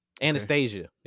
Anastasia